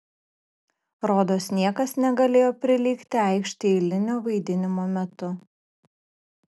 rodos niekas negalėjo prilygti aikštei eilinio vaidinimo metu